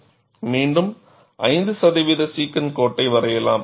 நீங்கள் மீண்டும் 5 சதவிகித சீகண்ட் கோட்டை வரையலாம்